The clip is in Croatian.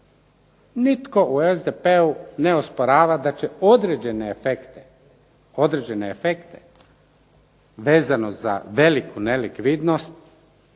Nitko u SDP-u ne osporava da će određene efekte vezano za veliku nelikvidnost